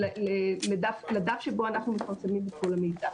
לדף שבו אנחנו מפרסמים את כל המידע.